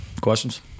Questions